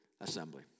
assembly